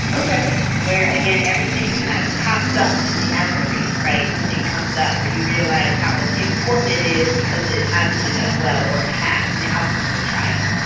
ok where, again, everything it kind of pops up in the ancillary, right? something comes up or you realize how important it is because it hasn't been done well or it has and the outcome of a trial.